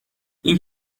این